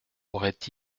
auraient